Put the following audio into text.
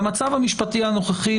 במצב המשפטי הנוכחי,